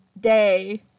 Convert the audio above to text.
day